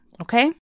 okay